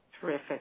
Terrific